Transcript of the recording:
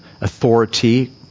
authority